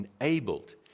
enabled